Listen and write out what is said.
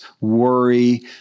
worry